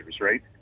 right